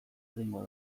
egingo